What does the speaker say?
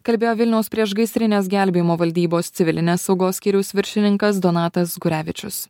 kalbėjo vilniaus priešgaisrinės gelbėjimo valdybos civilinės saugos skyriaus viršininkas donatas gurevičius